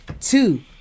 two